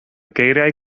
geiriau